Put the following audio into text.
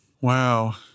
wow